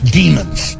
demons